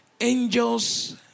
angels